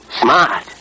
Smart